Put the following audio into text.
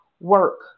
work